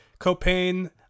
Copain